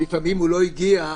לפעמים הוא לא הגיע,